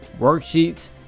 worksheets